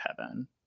heaven